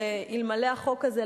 אלמלא החוק הזה,